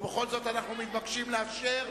ובכל זאת אנחנו מתבקשים לאשר.